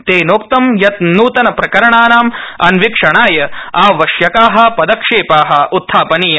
तेनोक्तं यत् न्तन प्रकरणानां अन्वीक्षणाय आवश्यका पदक्षेपा उत्थापनीया